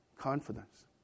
Confidence